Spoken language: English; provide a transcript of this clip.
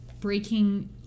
breaking